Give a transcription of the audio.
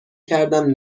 کردم